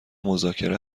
مذاکره